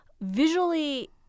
visually